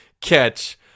catch